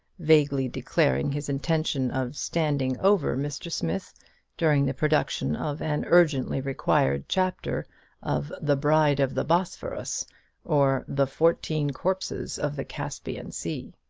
vaguely declaring his intention of standing over mr. smith during the production of an urgently-required chapter of the bride of the bosphorus or, the fourteen corpses of the caspian sea.